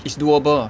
it's doable